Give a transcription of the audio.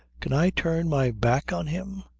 can i turn my back on him?